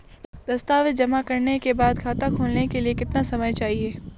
दस्तावेज़ जमा करने के बाद खाता खोलने के लिए कितना समय चाहिए?